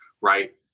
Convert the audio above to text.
right